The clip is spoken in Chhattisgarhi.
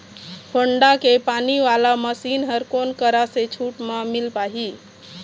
होण्डा के पानी वाला मशीन हर कोन करा से छूट म मिल पाही?